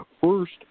First